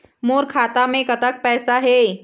मोर खाता मे कतक पैसा हे?